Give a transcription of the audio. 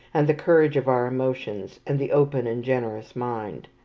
and the courage of our emotions, and the open and generous mind.